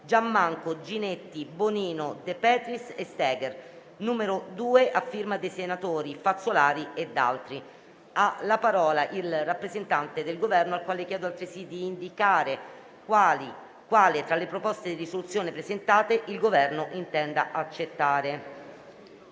Giammanco, Ginetti, Bonino, De Petris e Steger, n. 2, a firma del senatore Fazzolari ed altri. Ha facoltà di intervenire il rappresentante del Governo, al quale chiedo altresì di indicare quale, tra le proposte di risoluzione presentate, il Governo intenda accettare.